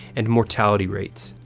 and mortality rates.